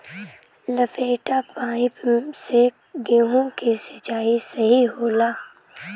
लपेटा पाइप से गेहूँ के सिचाई सही होला?